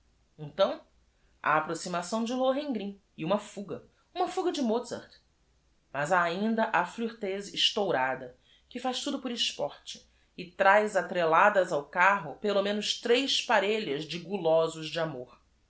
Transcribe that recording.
n g r i n e uma fuga uma fuga de ozart as ha ainda a flor tez estourava que faz tudo por sport e traz atrelladas ao carro pelo menos tres parelhas de gulosos d amor